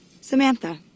Samantha